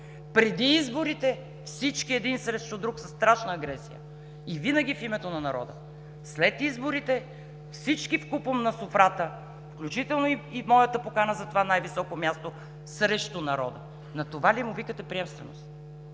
преди изборите всички един срещу друг със страшна агресия, и винаги в името народа, след изборите – всички вкупом на софрата, включително и моята покана за това най-високо място, срещу народа. На това ли му викате приемственост?!